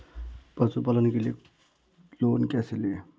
पशुपालन के लिए लोन कैसे लें?